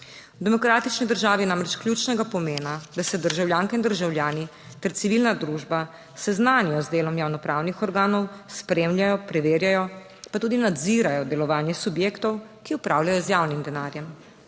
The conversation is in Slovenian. V demokratični državi je namreč ključnega pomena, da se državljanke in državljani ter civilna družba seznanijo z delom javno pravnih organov, spremljajo, preverjajo pa tudi nadzirajo delovanje subjektov, ki upravljajo z javnim denarjem.